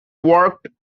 worked